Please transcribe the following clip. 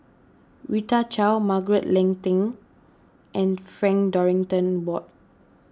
Rita Chao Margaret Leng Tan and Frank Dorrington Ward